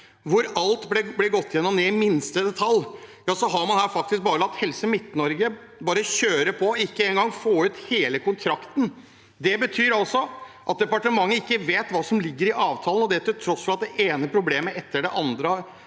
blir alt gått gjennom ned til minste detalj, men her har man bare latt Helse Midt-Norge kjøre på – man får ikke engang ut hele kontrakten. Det betyr altså at departementet ikke vet hva som ligger i avtalen. Det er til tross for at det ene problemet etter det andre